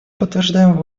подтверждаем